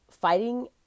fighting